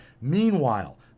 Meanwhile